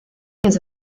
jest